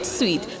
suite